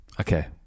Okay